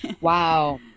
Wow